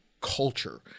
culture